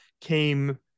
came